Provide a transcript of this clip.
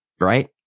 Right